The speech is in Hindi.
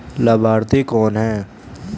लाभार्थी कौन है?